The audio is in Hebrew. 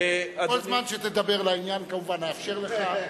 כל זמן שתדבר לעניין, כמובן נאפשר לך,